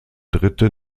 dritte